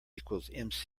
equals